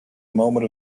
moment